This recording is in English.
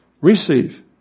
Receive